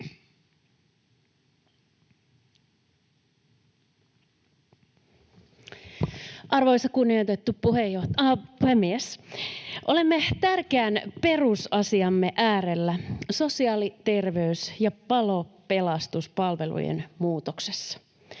Arvoisa kunnioitettu puhemies! Olemme tärkeän perusasiamme äärellä sosiaali- ja terveys- ja palo- ja pelastuspalvelujen muutoksessa.